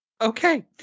Okay